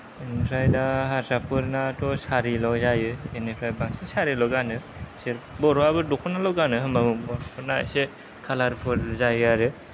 ओमफ्राय दा हारसाफोरनाथ' सारिल' जायो बेनिफ्राय बांसिन सारिल' गानो बिसोर बर'वाबो दख'नाल' गानो होम्बाबो बर'फोरना इसे कालार फुल जायो आरो